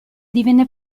divenne